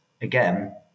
again